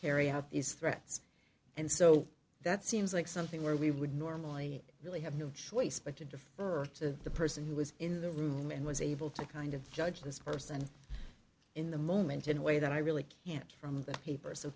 carry out these threats and so that seems like something where we would normally really have moved but to defer to the person who was in the room and was able to kind of judge this person in the moment in a way that i really can't from the paper so